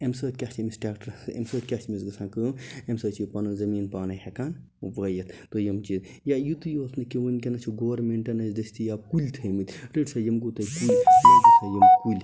اَمہِ سۭتۍ کیٛاہ چھُ أمس ٹرٛیٚکٹرس اَمہِ سۭتۍ کیٛاہ چھُ أمس گَژھان کٲم اَمہِ سۭتۍ چھُ یہِ پَنُن زمیٖن پانٔے ہیٚکان وٲیتھ تہٕ یم چیٖز یا یُتے یوت نہٕ کیٚنٛہہ وُنٛکیٚس چھِ گورمنٹَن اسہِ دستیاب کُلۍ تھٲیمتۍ رٔٹِو سا یم گوٚو تۄہہِ کُلۍ لٲگِو سا یم کُلۍ